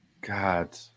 God